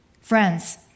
Friends